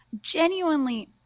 Genuinely